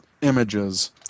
images